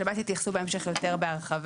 השב"ס יתייחסו בהמשך יותר בהרחבה.